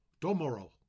Domoro